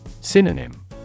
Synonym